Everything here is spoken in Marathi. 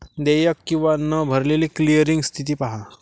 देयक किंवा न भरलेली क्लिअरिंग स्थिती पहा